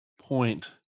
point